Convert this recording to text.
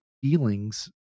feelings